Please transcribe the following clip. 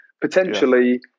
potentially